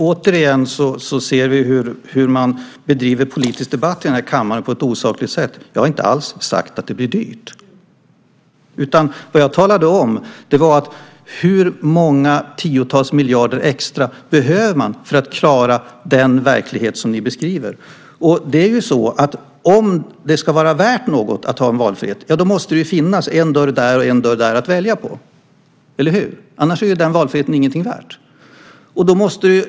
Herr talman! Vi ser återigen hur man bedriver politisk debatt på ett osakligt sätt här i kammaren. Jag har inte alls sagt att det blir dyrt. Jag undrade hur många tiotals miljarder extra man behöver för att klara den verklighet som ni beskriver. Om det ska vara värt något att ha valfrihet måste det ju finnas en dörr där och en dörr där att välja på. Annars är ju inte valfriheten värd något.